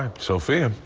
sofia.